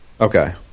Okay